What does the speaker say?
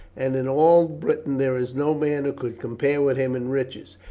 and in all britain there is no man who could compare with him in riches.